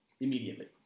Immediately